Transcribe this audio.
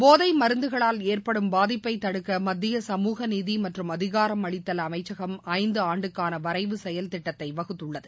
போதைமருந்துகளால் ஏற்படும் பாதிப்பை தடுக்க மத்திய சமூகநீதிமற்றும் அதிகாரம் அளித்தல் அமைச்சகம் ஐந்துஆண்டுக்கானவரைவு செயல் திட்டத்தைவகுத்துள்ளது